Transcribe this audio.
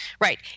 right